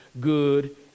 good